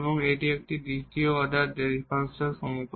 এটি একটি দ্বিতীয় অর্ডার ডিফারেনশিয়াল সমীকরণ